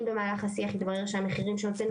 אם במהלך השיח יתברר שהמחירים שהוצאנו